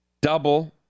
double